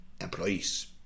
employees